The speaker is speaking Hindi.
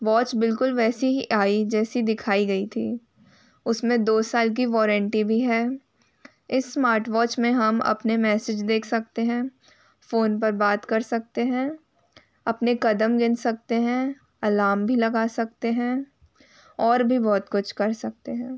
वॉच बिल्कुल वैसी ही आई जैसी दिखाई गई थी उसमे दो साल की वॉरंटी भी है इस स्मार्टवॉच में हम अपने मैसेज देख सकते हैं फ़ोन पर बात कर सकते हैं अपने कदम गिन सकते हैं अलार्म भी लगा सकते हैं और भी बहुत कुछ कर सकते हैं